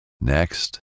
Next